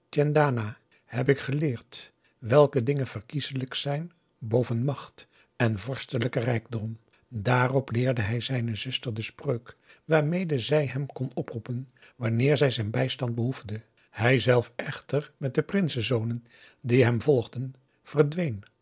tjendana heb ik geleerd welke dingen verkieselijk zijn boven macht en vorstelijken rijkdom daarop leerde hij zijne zuster de spreuk waarmede zij hem kon oproepen wanneer zij zijn bijstand behoefde hij zelf echter met de prinsen zonen die hem volgaugusta